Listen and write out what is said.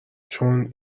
چون